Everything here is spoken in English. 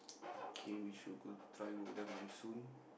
K we should try go there monsoon